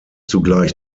zugleich